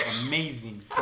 amazing